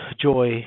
joy